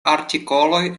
artikoloj